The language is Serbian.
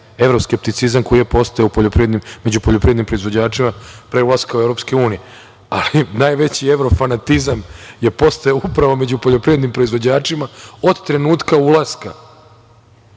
evroskepticizam koji je postojao među poljoprivrednim proizvođačima u EU, ali najveći evrofanatizam je postojao upravo među poljoprivrednim proizvođačima od trenutka ulaska